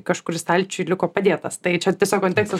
kažkur stalčiuj liko padėtas tai čia tiesiog kontekstas